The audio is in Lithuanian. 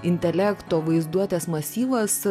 intelekto vaizduotės masyvas